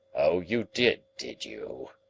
oh, you did, did you?